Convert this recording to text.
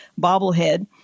bobblehead